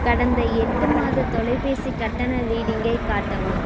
கடந்த எட்டு மாத தொலைபேசி கட்டண ரீடிங்கை காட்டவும்